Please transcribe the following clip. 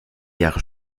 jahre